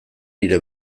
nire